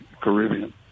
Caribbean